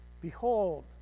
Behold